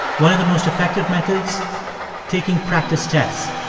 one of the most effective methods taking practice tests.